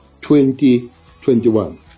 2021